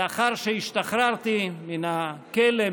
לאחר שהשתחררתי מן הכלא,